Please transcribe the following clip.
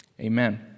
Amen